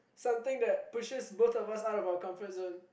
something that pushes both of us out of our comfort zone